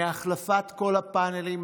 החלפת כל הפאנלים,